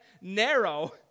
narrow